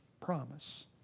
promise